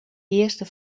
eerste